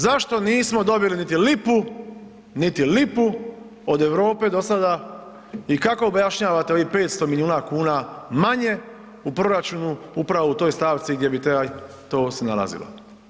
Zašto nismo dobili niti lipu od Europe do sada i kako objašnjavate ovih 500 milijuna kuna manje u proračunu upravo u toj stavci gdje bi trebali to se nalazilo?